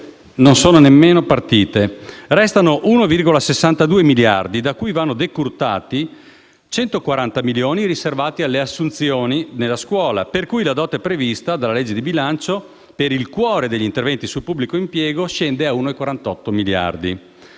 non sono nemmeno partite. Restano 1,62 miliardi di euro, da cui vanno decurtati 140 milioni riservati alle assunzioni nella scuola, per cui la dote prevista dalla legge di bilancio per il cuore degli interventi sul pubblico impiego scende a 1,48 miliardi.